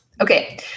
Okay